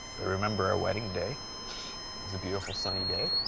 i remember our wedding day. it was a beautiful, sunny day.